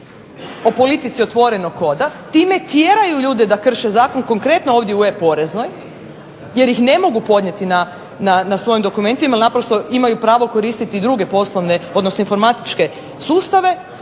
po politici otvorenog koda, time tjeraju ljude da krše zakon konkretno ovdje u e-poreznoj jer ih ne mogu podnijeti na svojim dokumentima, jer naprosto imaju pravo koristiti druge informatičke sustave,